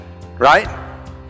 right